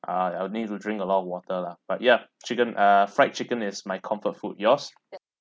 uh I will need to drink a lot of water lah but ya chicken uh fried chicken is my comfort food yours